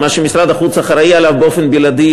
מה שמשרד החוץ אחראי לו באופן בלעדי,